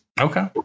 Okay